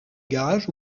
garage